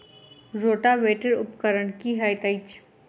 Rotavator उपकरण की हएत अछि?